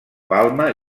balma